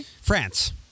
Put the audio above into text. France